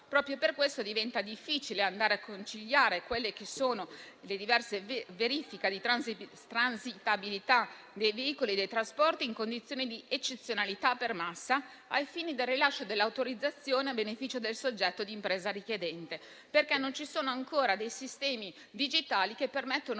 Questo perché diventa difficile andare a conciliare le diverse verifiche di transitabilità dei veicoli e dei trasporti in condizioni di eccezionalità per massa, ai fini del rilascio dell'autorizzazione a beneficio del soggetto di impresa richiedente, proprio perché non ci sono ancora dei sistemi digitali che permettano